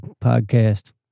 podcast